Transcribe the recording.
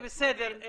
בסדר.